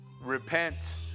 Repent